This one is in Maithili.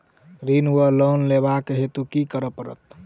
ऋण वा लोन लेबाक हेतु की करऽ पड़त?